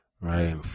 Right